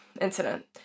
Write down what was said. incident